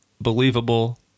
believable